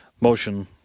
motion